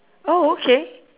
oh okay